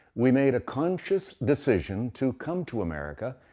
we made a conscious decision to come to america,